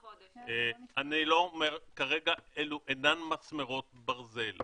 יש מודל אחר --- אני לא אומר כרגע אלו אינן מסמרות ברזל.